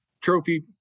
trophy